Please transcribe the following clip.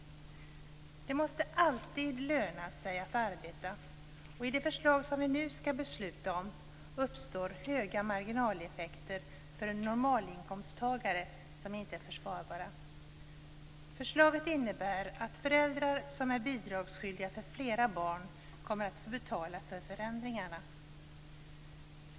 Det måste alltid löna sig att arbeta, och i det förslag som vi nu skall besluta om uppstår höga marginaleffekter för en normalinkomsttagare som inte är försvarbara. Förslaget innebär att föräldrar som är bidragsskyldiga för flera barn kommer att få betala för förändringarna.